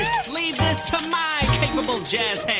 ah leave this to my capable jazz hands.